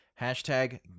Hashtag